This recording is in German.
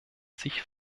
sich